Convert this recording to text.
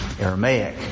Aramaic